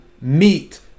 meet